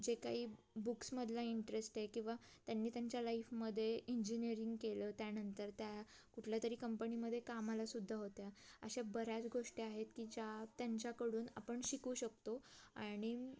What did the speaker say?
जे काही बुक्समधला इंटरेस्ट आहे किंवा त्यांनी त्यांच्या लाईफमध्ये इंजिनिअरिंग केलं त्यानंतर त्या कुठल्या तरी कंपनीमध्ये कामालासुद्धा होत्या अशा बऱ्याच गोष्टी आहेत की ज्या त्यांच्याकडून आपण शिकू शकतो आणि